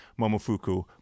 Momofuku